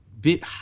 bit